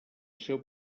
seu